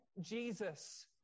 Jesus